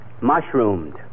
Mushroomed